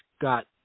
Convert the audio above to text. got